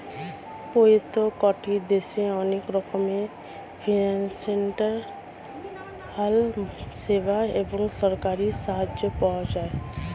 প্রত্যেকটি দেশে অনেক রকমের ফিনান্সিয়াল সেবা এবং সরকারি সাহায্য পাওয়া যায়